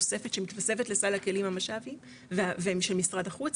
נוספת שמתווספת לסל הכלים המש"בי והם של משרד החוץ